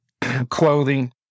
clothing